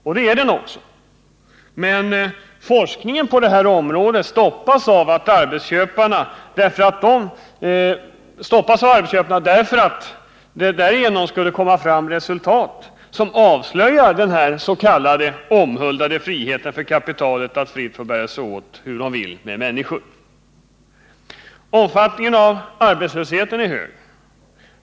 Och det är den också, men forskningen på det här området stoppas av arbetsköparna därför att det därigenom skulle komma fram resultat som avslöjar den omhuldade ss.k. friheten för kapitalet att fritt få bära sig åt med människor hur som helst. Omfattningen av arbetslösheten är hög.